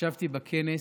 ישבתי בכנס